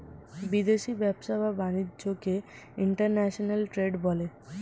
বিদেশি ব্যবসা বা বাণিজ্যকে ইন্টারন্যাশনাল ট্রেড বলে